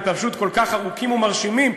הם פשוט כל כך ארוכים ומרשימים,